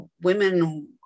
women